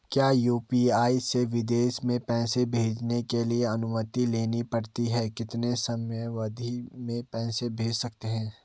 क्या यु.पी.आई से विदेश में पैसे भेजने के लिए अनुमति लेनी पड़ती है कितने समयावधि में पैसे भेज सकते हैं?